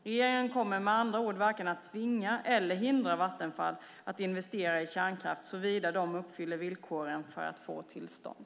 Regeringen kommer med andra ord varken att tvinga eller hindra Vattenfall att investera i kärnkraft såvida de uppfyller villkoren för att få tillstånd.